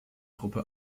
gruppe